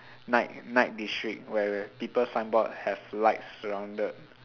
night night district where people signboard have light surrounded